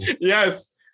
Yes